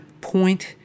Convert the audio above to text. point